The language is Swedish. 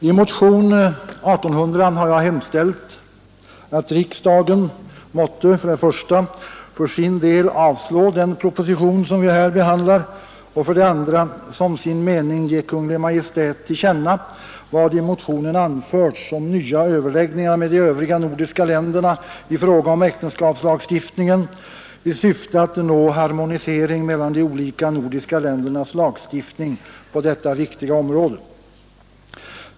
I motion 1800 har jag hemställt att riksdagen måtte 1. för sin del avslå den proposition, som vi här behandlar och 2. som sin mening ge Kungl. Maj:t till känna vad i motionen anförts om nya överläggningar med de övriga nordiska länderna i fråga om äktenskapslagstiftningen i syfte att nå harmonisering mellan de olika nordiska ländernas lagstiftning på detta viktiga område.